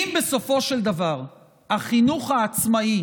אם בסופו של דבר החינוך העצמאי